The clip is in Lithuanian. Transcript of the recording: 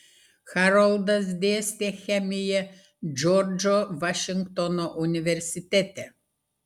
haroldas dėstė chemiją džordžo vašingtono universitete